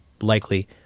likely